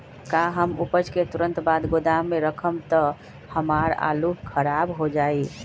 का हम उपज के तुरंत बाद गोदाम में रखम त हमार आलू खराब हो जाइ?